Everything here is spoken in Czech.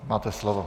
Máte slovo.